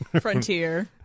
Frontier